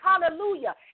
Hallelujah